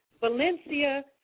Valencia